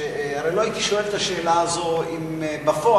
הרי לא הייתי שואל את השאלה הזאת אם בפועל,